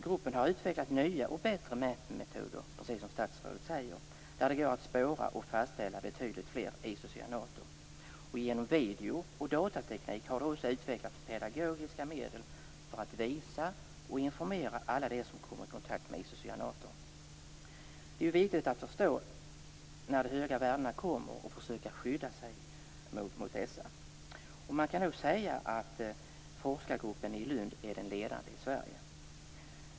Gruppen har utvecklat nya och bättre mätmetoder, precis som statsrådet säger, där det går att spåra och fastställa betydligt fler isocyanater. Genom videooch datorteknik har de också utvecklat pedagogiska medel för att visa och informera alla dem som kommer i kontakt med isocyanater. Det är viktigt att förstå när de höga värdena kommer och att försöka skydda sig mot dessa. Man kan nog säga att forskargruppen i Lund är den ledande i Sverige.